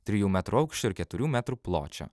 trijų metrų aukščio ir keturių metrų pločio